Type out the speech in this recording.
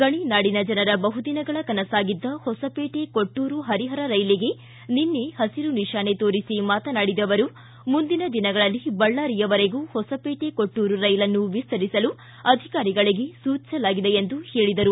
ಗಣಿನಾಡಿನ ಜನರ ಬಹುದಿನಗಳ ಕನಸಾಗಿದ್ದ ಹೊಸಪೇಟೆ ಕೊಟ್ಟರು ಹರಿಹರ ರೈಲಿಗೆ ನಿನ್ನೆ ಹಸಿರು ನಿಶಾನೆ ತೋರಿಸಿ ಮಾತನಾಡಿದ ಅವರು ಮುಂದಿನ ದಿನಗಳಲ್ಲಿ ಬಳ್ಳಾರಿವರೆಗೂ ಹೊಸಪೇಟೆ ಕೊಟ್ಟರು ರೈಲನ್ನು ವಿಸ್ತರಿಸಲು ಅಧಿಕಾರಿಗಳಿಗಳಿಗೆ ಸೂಚಿಸಲಾಗಿದೆ ಎಂದು ಹೇಳಿದರು